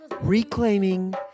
reclaiming